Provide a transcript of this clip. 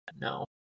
No